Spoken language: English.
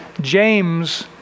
James